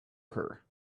her